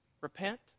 repent